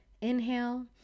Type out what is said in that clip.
inhale